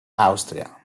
austria